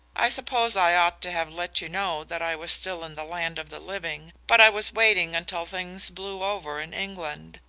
i suppose i ought to have let you know that i was still in the land of the living, but i was waiting until things blew over in england.